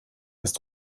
ist